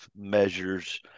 measures